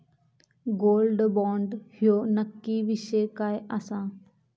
Gold bond ह्यो नक्की विषय काय आसा?